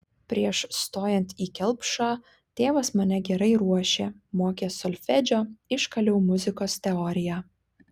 prieš stojant į kelpšą tėvas mane gerai ruošė mokė solfedžio iškaliau muzikos teoriją